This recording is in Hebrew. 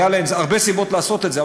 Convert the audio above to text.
היו להן הרבה סיבות לעשות את זה,